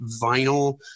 vinyl